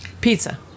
Pizza